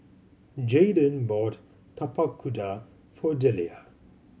Jayden bought Tapak Kuda for Deliah